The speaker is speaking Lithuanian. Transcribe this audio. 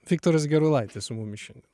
viktoras gerulaitis su mumis šiandien